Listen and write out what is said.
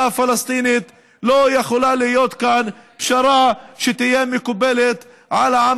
הפלסטינית לא יכולה להיות כאן פשרה שתהיה מקובלת על העם